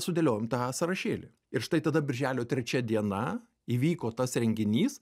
sudėliojom tą sąrašėlį ir štai tada birželio trečia diena įvyko tas renginys